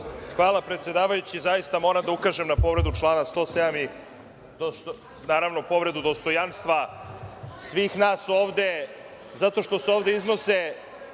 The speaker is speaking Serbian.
Hvala, predsedavajući. Zaista moram da ukažem na povredu člana 107, naravno, povredu dostojanstva svih nas ovde, zato što se ovde iznose